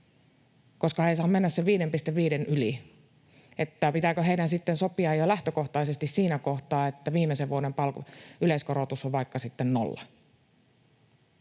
koska he eivät saa mennä sen 5,5:n yli? Että pitääkö heidän sitten sopia jo lähtökohtaisesti siinä kohtaa, että viimeisen vuoden yleiskorotus on vaikka sitten